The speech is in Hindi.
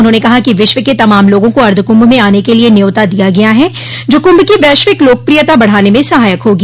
उन्होंने कहा कि विश्व के तमाम लोगों को अर्द्वक्भ में आने के लिए न्यौता दिया गया है जो कुंभ की वश्विक लोकप्रियता बढ़ाने में सहायक होगी